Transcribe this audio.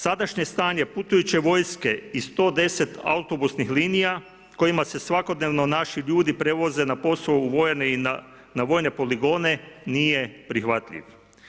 Sadašnje stanje putujuće vojske i 110 autobusnih linija kojima se svakodnevno naši ljudi prevoze na posao u vojarne i na vojne poligone nije prihvatljiv.